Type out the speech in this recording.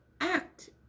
act